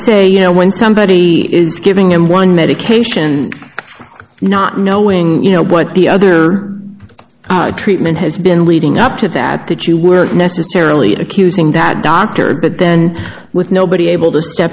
say you know when somebody is giving him one medication not knowing you know what the other treatment has been leading up to that that you were necessarily accusing bad doctor but then with nobody able to